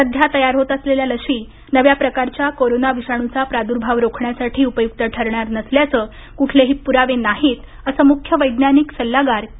सध्या तयार होत असलेल्या लशी नव्या प्रकारच्या कोरोना विषाणूचा प्रादुर्भाव रोखण्यासाठी उपयुक्त ठरणार नसल्याचे कुठलेही पुरावे नाहीत असं मुख्य वैज्ञानिक सल्लागार के